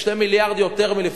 זה 2 מיליארד יותר ממה